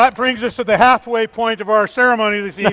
but brings us to the halfway point of our ceremony this yeah